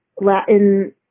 Latin